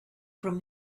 from